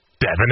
Devin